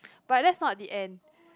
but that's not the end